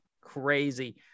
crazy